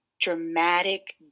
dramatic